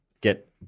get